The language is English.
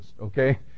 okay